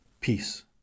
Peace